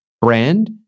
brand